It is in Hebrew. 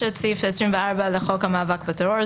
יש את סעיף 24 לחוק המאבק בטרור,